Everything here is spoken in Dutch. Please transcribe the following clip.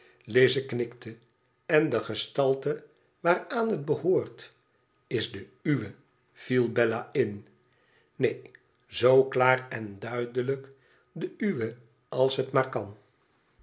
lize knikte len de gestalte waaraan het behoort is de uwe viel bela in neen zoo klaar en duidelijk de uwe als het maar kan